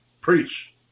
preach